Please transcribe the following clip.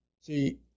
See